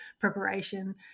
preparation